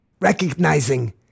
recognizing